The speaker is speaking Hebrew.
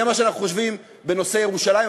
זה מה שאנחנו חושבים בנושא ירושלים.